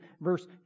verse